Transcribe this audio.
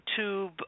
YouTube